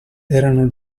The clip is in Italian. erano